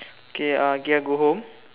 okay uh ya go home